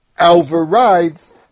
overrides